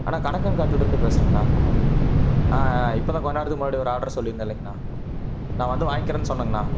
அண்ணா கணக்கங்காட்டிலேருந்து பேசுகிறேங்கண்ணா ஆ இப்போ தான் கொஞ்ச நேரத்துக்கு முன்னாடி ஒரு ஆர்டரு சொல்லியிருந்தேன் இல்லைங்கண்ணா நான் வந்து வாங்கிக்கிறேன்னு சொன்னேங்கண்ணா